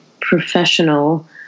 professional